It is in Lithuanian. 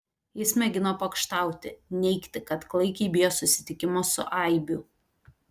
jis mėgino pokštauti neigti kad klaikiai bijo susitikimo su aibių